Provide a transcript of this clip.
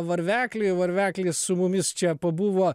varvekli varveklis su mumis čia pabuvo